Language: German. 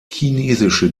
chinesische